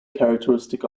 characteristic